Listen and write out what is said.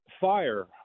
fire